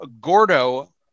Gordo